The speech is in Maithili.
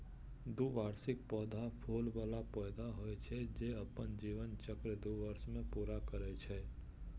द्विवार्षिक पौधा फूल बला पौधा होइ छै, जे अपन जीवन चक्र दू वर्ष मे पूरा करै छै